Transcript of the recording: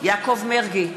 יעקב מרגי,